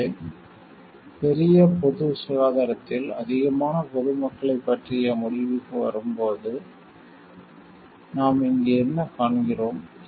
எனவே பெரிய பொது சுகாதாரத்தில் அதிகமான பொது மக்களைப் பற்றிய முடிவிற்கு வரும்போது நாம் இங்கு என்ன காண்கிறோம்